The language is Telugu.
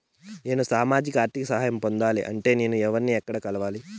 నేను సామాజిక ఆర్థిక సహాయం పొందాలి అంటే నేను ఎవర్ని ఎక్కడ కలవాలి?